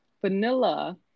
vanilla